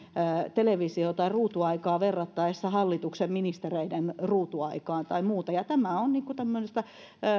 televisio tai ruutuaikaa verrattaessa hallituksen ministereiden ruutuaikaan tai muuta ja tämä on tämmöistä